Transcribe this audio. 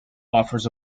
offers